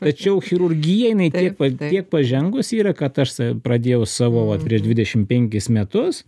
tačiau chirurgija jinai tiek pa tiek pažengusi yra kad aš pradėjau savo va prieš dvidešim penkis metus